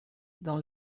dans